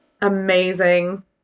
Amazing